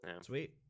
Sweet